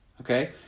Okay